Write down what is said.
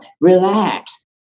relax